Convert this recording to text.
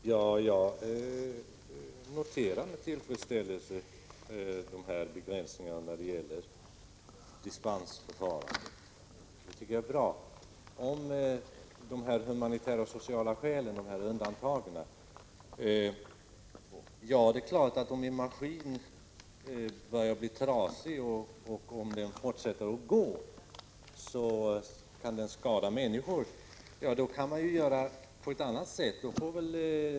Fru talman! Jag noterar med tillfredsställelse de här begränsningarna vad avser dispensförfarandet. Beträffande undantagen av humanitära och sociala skäl vill jag säga att en maskin som är trasig och som fortsätter att gå naturligtvis kan skada människor. Då kan man ordna det på ett annat sätt.